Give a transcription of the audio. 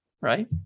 right